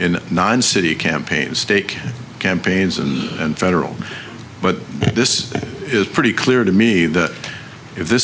in non city campaigns stake campaigns and and federal but this is pretty clear to me that if this